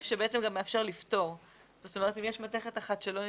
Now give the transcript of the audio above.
שאפשר גם לפטור אם יש מתכת אחת שלא נדרשת,